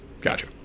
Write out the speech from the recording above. Gotcha